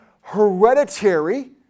hereditary